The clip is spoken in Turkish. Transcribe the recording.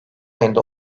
ayında